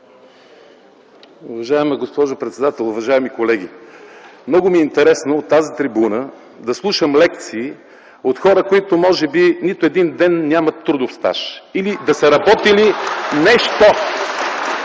Уважаема госпожо председател, уважаеми колеги! Много ми е интересно от тази трибуна да слушам лекции от хора, които може би нямат нито един ден трудов стаж или да са работили нещо!